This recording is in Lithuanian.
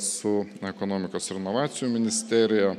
su ekonomikos ir inovacijų ministerija